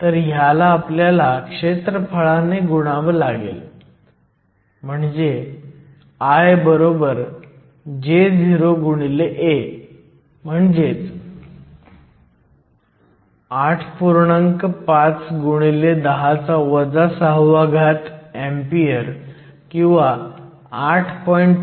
त्यामुळे ही विशिष्ट समस्या तुम्हाला डिप्लीशन रुंदीची गणना करण्यास सांगत नाही परंतु तुम्ही पुढे जाऊन गणना करू शकता आणि तुम्हाला आढळेल की डिप्लीशन रुंदी जवळजवळ संपूर्णपणे n बाजूला आहे आणि p बाजूला डिप्लीशन रुंदी खूप कमी आहे